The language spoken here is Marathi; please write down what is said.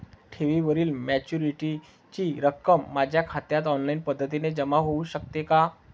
ठेवीवरील मॅच्युरिटीची रक्कम माझ्या खात्यात ऑनलाईन पद्धतीने जमा होऊ शकते का?